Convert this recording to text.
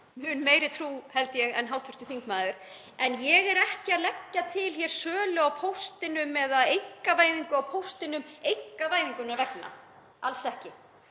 mun meiri trú held ég en hv. þingmaður, en ég er ekki að leggja til sölu á póstinum eða einkavæðingu á póstinum einkavæðingarinnar vegna, alls ekki.